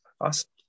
Awesome